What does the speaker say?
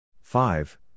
five